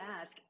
ask